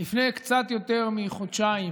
לפני קצת יותר מחודשיים